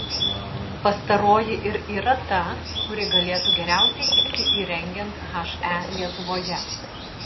pastaroji ir yra ta kuri galėtų geriausiai tikti įrengiant he lietuvoje